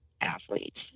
athletes